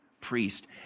priest